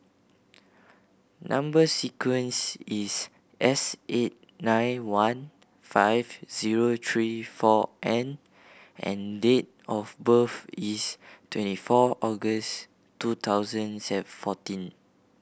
number sequence is S eight nine one five zero three four N and date of birth is twenty four August two thousand fourteen